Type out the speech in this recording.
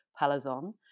Palazon